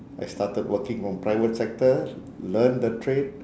I started working on private sector learn the trade